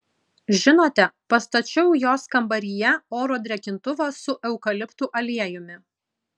žinote pastačiau jos kambaryje oro drėkintuvą su eukaliptų aliejumi